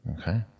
Okay